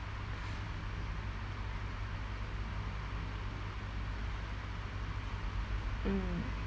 mm